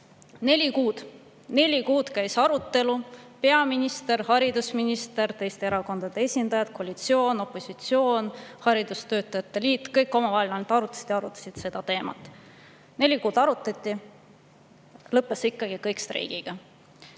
Neli kuud käis arutelu. Peaminister, haridusminister, teiste erakondade esindajad, koalitsioon-opositsioon, haridustöötajate liit – kõik omavahel arutasid ja arutasid seda teemat. Neli kuud arutati, lõppes see kõik ikkagi streigiga.